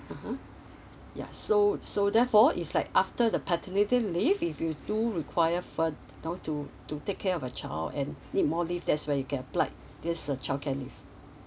(uh huh) ya so so therefore is like after the paternity leave if you do require further now to to take care of your child and need more leave that's where you can apply this uh childcare leave